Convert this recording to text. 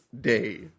Day